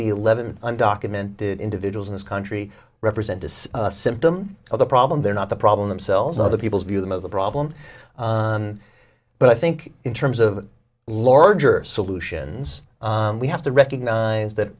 the eleven undocumented individuals in this country represent a symptom of the problem they're not the problem themselves other people's view of the problem but i think in terms of larger solutions we have to recognize that